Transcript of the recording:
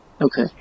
Okay